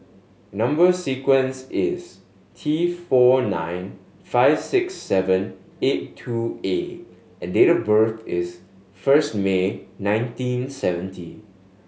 number sequence is T four nine five six seven eight two A and date of birth is first May nineteen seventy